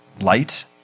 light